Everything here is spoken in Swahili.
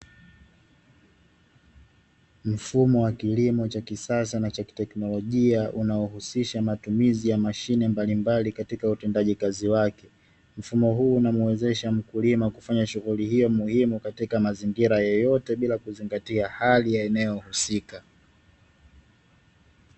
Mfumo wa kilimo cha kisasa cha kiteknolojia kuhusisha matumizi ya mashine mbalimbali katika utendaji kazi wake, mfumo huu unamuwezesha mkulima kulima katika mazingira yoyote bila kuzingatia hali husika.